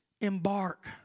embark